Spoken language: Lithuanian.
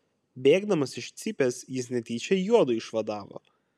bėgdamas iš cypės jis netyčia juodu išvadavo